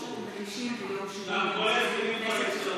כמו שאתם מגישים ביום שני למזכירות הכנסת,